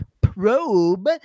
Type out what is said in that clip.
probe